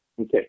Okay